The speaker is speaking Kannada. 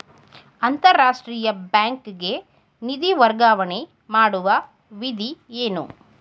ಅಂತಾರಾಷ್ಟ್ರೀಯ ಬ್ಯಾಂಕಿಗೆ ನಿಧಿ ವರ್ಗಾವಣೆ ಮಾಡುವ ವಿಧಿ ಏನು?